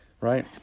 right